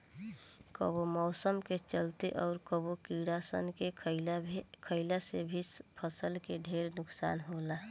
कबो मौसम के चलते, अउर कबो कीड़ा सन के खईला से भी फसल के ढेरे नुकसान होला